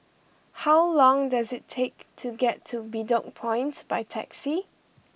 how long does it take to get to Bedok Point by taxi